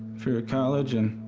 for ah college and